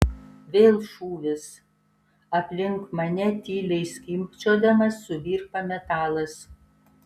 vėl šūvis aplink mane tyliai skimbčiodamas suvirpa metalas